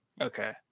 Okay